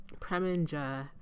Preminger